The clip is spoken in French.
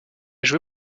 joué